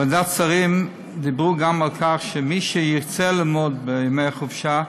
בוועדת שרים דיברו גם על כך שמי שירצה ללמוד בימי החופשה,